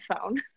phone